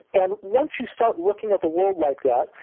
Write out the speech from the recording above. and once you start looking at the world like that,